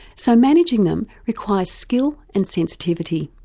so managing them requires skill and sensitivity.